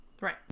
Right